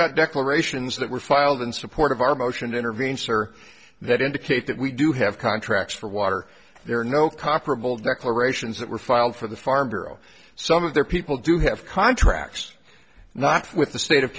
got declarations that were filed in support of our motion to intervene sir that indicate that we do have contracts for water there are no comparable declarations that were filed for the farm bureau some of their people do have contracts not with the state of